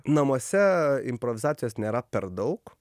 namuose improvizacijos nėra per daug